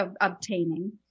obtaining